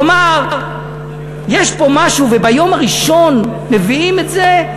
כלומר יש פה משהו, וביום הראשון מביאים את זה,